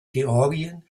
georgien